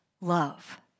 love